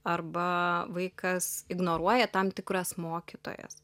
arba vaikas ignoruoja tam tikras mokytojas